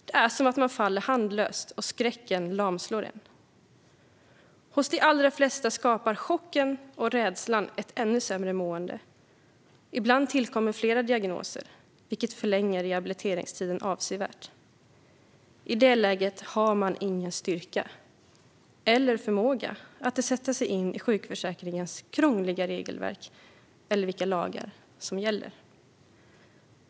Det är som att man faller handlöst och skräcken lamslår en. Hos de allra flesta skapar chocken och rädslan ett ännu sämre mående - ibland tillkommer flera diagnoser - vilket förlänger rehabiliteringstiden avsevärt. I det läget har man ingen styrka eller förmåga att sätta sig in i sjukförsäkringens krångliga regelverk eller vilka lagar som gäller."